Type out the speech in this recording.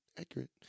Accurate